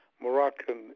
Moroccan